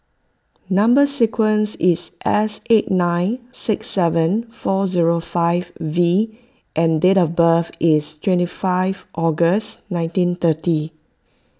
Number Sequence is S eight nine six seven four zero five V and date of birth is twenty five August nineteen thirty